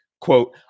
quote